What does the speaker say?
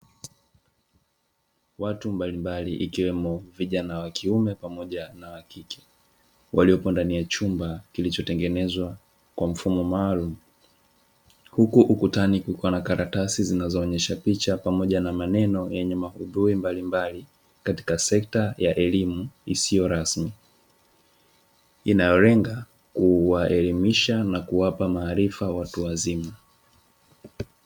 Watu mbalimbali ikiwemo vijana wa kiume pamoja na wakike waliopo ndani ya chumba kilichotengenezwa kwa mfumo maalumu, huku ukutani kukiwa na karatasi zinazoonyesha picha pamoja na maneno yenye maudhui mbalimbali katika sekta ya elimu isiyo rasmi inayolenga kuwaelimisha na kuwapa maarifa watu wazima.